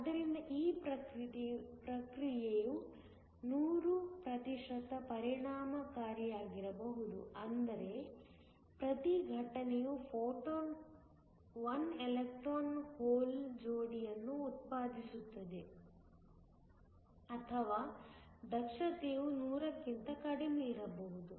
ಆದ್ದರಿಂದ ಈ ಪ್ರಕ್ರಿಯೆಯು ನೂರು ಪ್ರತಿಶತ ಪರಿಣಾಮಕಾರಿಯಾಗಿರಬಹುದು ಅಂದರೆ ಪ್ರತಿ ಘಟನೆಯ ಫೋಟಾನ್ 1 ಎಲೆಕ್ಟ್ರಾನ್ ಹೋಲ್ ಜೋಡಿಯನ್ನು ಉತ್ಪಾದಿಸುತ್ತದೆ ಅಥವಾ ದಕ್ಷತೆಯು 100 ಕ್ಕಿಂತ ಕಡಿಮೆಯಿರಬಹುದು